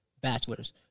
bachelor's